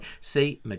See